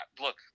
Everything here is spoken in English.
look